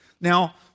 Now